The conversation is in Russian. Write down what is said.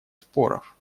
споров